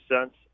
cents